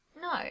No